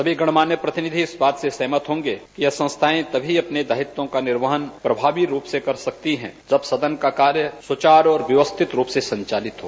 सभी गणमान्य प्रतिनिधि इस बात से सहमत होंगे कि यह संस्थाएं तभी अपने दायित्व का निर्वहन प्रभावी रूप से कर सकती है जब संसद का कार्य सुचार और व्यवस्थित रूप से संचालित हो